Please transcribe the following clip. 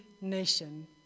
nation